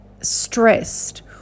stressed